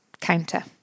counter